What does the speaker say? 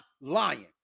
lying